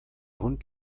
hund